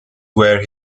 where